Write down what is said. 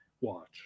watch